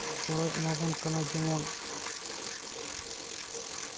ᱜᱚᱲᱚᱭ ᱮᱢᱟᱵᱚᱱ ᱠᱟᱱᱟ ᱡᱮᱢᱚᱱ